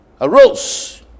arose